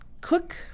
cook